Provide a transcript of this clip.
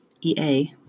Ea